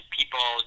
people